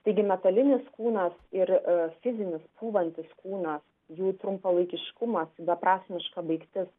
taigi metalinis kūnas ir fizinis pūvantis kūnas jų trumpalaikiškumas beprasmiška baigtis